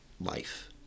life